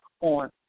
on